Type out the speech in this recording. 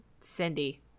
Cindy